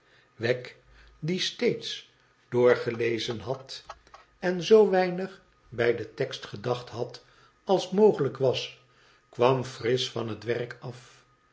wegg die steeds doorgelezen had en zoo weinig bij den tekst gedacht had als mogelijk was kwam frisch van het werk af